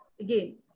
Again